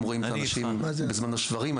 הם רואים את האנשים בזמן השברים,